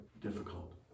difficult